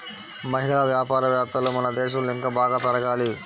మహిళా వ్యాపారవేత్తలు మన దేశంలో ఇంకా బాగా పెరగాలి